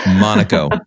Monaco